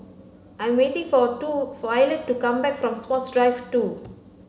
I'm waiting for two Violet to come back from Sports Drive two